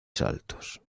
saltos